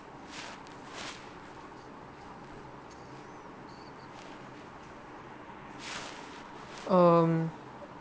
um